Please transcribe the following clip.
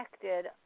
connected